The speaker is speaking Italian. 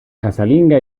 casalinga